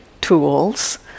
tools